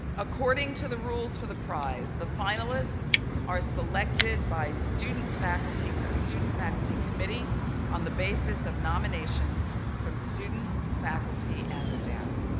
according to the rules for the prize, the finalists are selected by student faculty student faculty committee on the basis of nominations from students, faculty and staff.